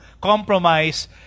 compromise